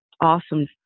awesome